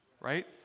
right